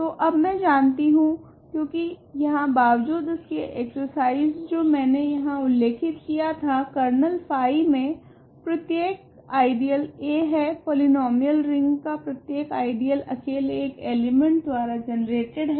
तो अब मैं जानती हूँ क्योकि यहाँ बावजूद इसके एक्सर्साइज़ जो मैंने यहाँ उल्लेखित किया था कर्नल फाई में प्रत्येक आइडियल a है पॉलीनोमीयल रिंग का प्रत्येक आइडियल अकेले एक एलिमेंट द्वारा जनरेटेड हैं